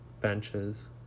benches